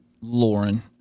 Lauren